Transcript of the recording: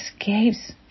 escapes